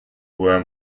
were